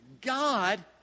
God